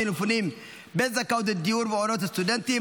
ולמפונים בזכאות לדיור במעונות סטודנטים),